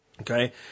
Okay